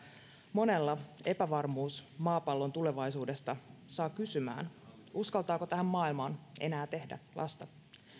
monella epävarmuus maapallon tulevaisuudesta saa kysymään uskaltaako tähän maailmaan enää tehdä lasta